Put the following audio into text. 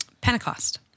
Pentecost